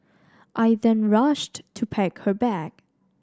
I then rushed to pack her bag